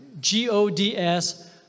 G-O-D-S